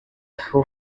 who